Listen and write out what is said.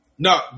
No